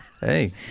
Hey